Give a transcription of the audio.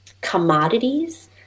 commodities